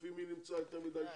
לפי מי נמצא יותר מדי שם.